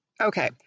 Okay